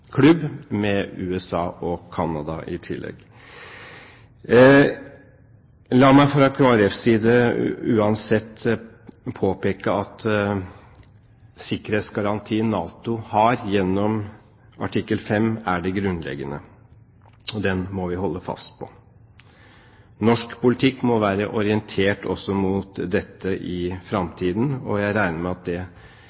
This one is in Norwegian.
klubb med USA og Canada i tillegg. La meg fra Kristelig Folkepartis side uansett påpeke at sikkerhetsgarantien NATO har gjennom artikkel 5, er det grunnleggende, og den må vi holde fast på. Norsk politikk må være orientert mot dette også i